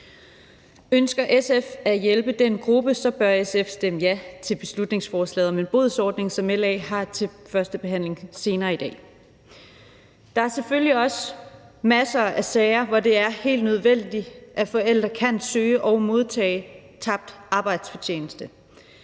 Ønsker SF at hjælpe den gruppe, bør SF stemme for beslutningsforslaget om en bodsordning, som LA har til førstebehandling senere i dag. Der er selvfølgelig også masser af sager, hvor det er helt nødvendigt, at forældre kan søge og modtage kompensation for tabt arbejdsfortjeneste.